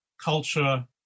culture